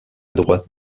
droite